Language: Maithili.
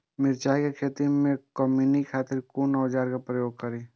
मिरचाई के खेती में कमनी खातिर कुन औजार के प्रयोग करी?